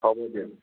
হ'ব দিয়ক